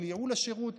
של ייעול השירות,